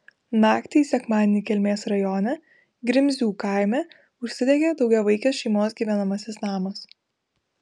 naktį į sekmadienį kelmės rajone grimzių kaime užsidegė daugiavaikės šeimos gyvenamasis namas